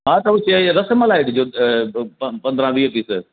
हा त उओ चय ईअ रसमलाई ॾिजो पंद्रा वीह पीस